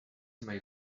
may